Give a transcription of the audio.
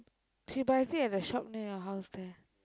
she buys it at the shop near your house there